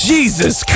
Jesus